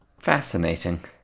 Fascinating